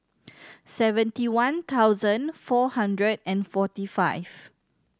seventy one thousand four hundred and forty five